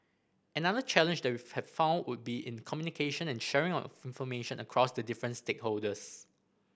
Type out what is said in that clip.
another challenge that we have found would be in communication and sharing of information across the different stakeholders